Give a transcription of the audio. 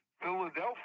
Philadelphia